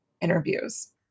interviews